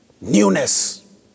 newness